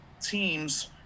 teams